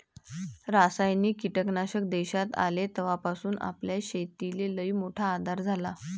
रासायनिक कीटकनाशक देशात आले तवापासून आपल्या शेतीले लईमोठा आधार झाला